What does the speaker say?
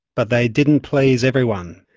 but they didn't please everyone.